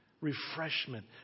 refreshment